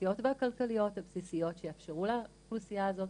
החברתיות והכלכליות הבסיסיות שיעזרו לאוכלוסייה הזאת